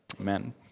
amen